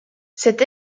cet